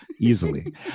easily